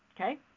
Okay